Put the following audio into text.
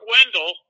Wendell